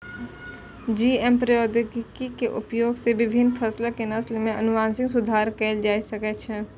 GM प्रौद्योगिकी के उपयोग सं विभिन्न फसलक नस्ल मे आनुवंशिक सुधार कैल जा सकै छै